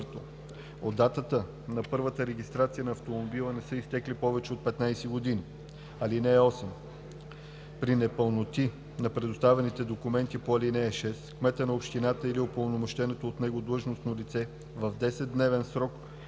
от датата на първата регистрация на автомобила не са изтекли повече от 15 години. (8) При непълноти на представените документи по ал. 6 кметът на общината или упълномощеното от него длъжностно лице в 10-дневен срок от